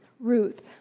Ruth